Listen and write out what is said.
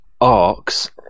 arcs